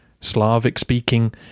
Slavic-speaking